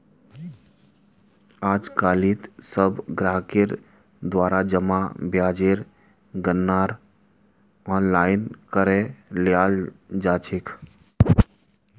आजकालित सब ग्राहकेर द्वारा जमा ब्याजेर गणनार आनलाइन करे लियाल जा छेक